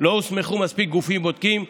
לא הוסמכו מספיק גופים בודקים,